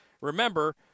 Remember